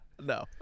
No